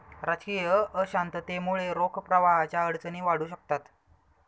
राजकीय अशांततेमुळे रोख प्रवाहाच्या अडचणी वाढू शकतात